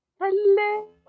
Hello